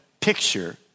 picture